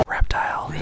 Reptile